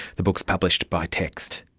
the book is published by text.